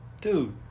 Dude